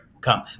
come